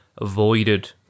avoided